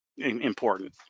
Important